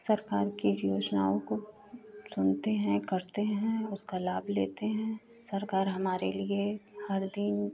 सरकार की योजनाओं को सुनते हैं करते हैं उसका लाभ लेते हैं सरकार हमारे लिए हर दिन